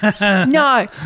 No